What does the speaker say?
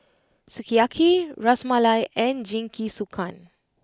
Sukiyaki Ras Malai and Jingisukan